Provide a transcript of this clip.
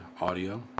audio